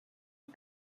ist